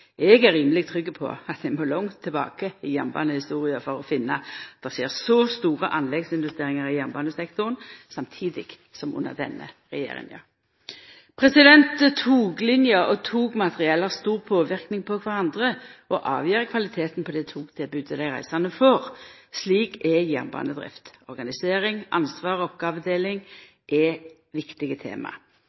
Eg er rimeleg trygg på at ein må langt tilbake i jernbanehistoria for å finna at det skjer så store anleggsinvesteringar i jernbanesektoren samstundes som under denne regjeringa. Toglina og togmateriell har stor påverknad på kvarandre og avgjer kvaliteten på det togtilbodet dei reisande får. Slik er jernbanedrift. Organisering, ansvar og oppgåvedeling er viktige tema.